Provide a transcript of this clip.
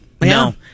No